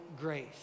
Grace